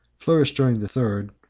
flourished during the third,